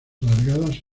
alargadas